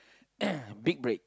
big break